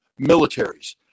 militaries